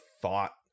thought